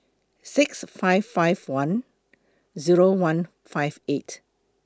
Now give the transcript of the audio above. six five five one Zero one five eight